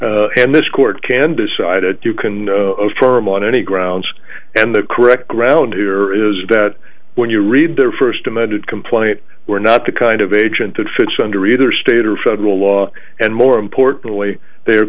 point and this court can decide a do can affirm on any grounds and the correct ground here is that when you read their first amended complaint we're not the kind of agent that fits under either state or federal law and more importantly they